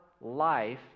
life